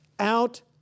out